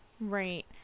right